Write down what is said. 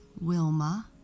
Wilma